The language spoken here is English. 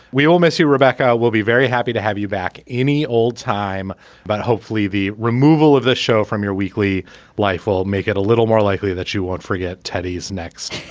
we all miss you rebecca. we'll be very happy to have you back any old time but hopefully the removal of this show from your weekly life will make it a little more likely that you won't forget teddy's next